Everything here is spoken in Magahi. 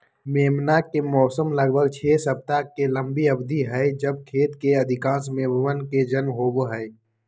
मेमना के मौसम लगभग छह सप्ताह के लंबी अवधि हई जब खेत के अधिकांश मेमनवन के जन्म होबा हई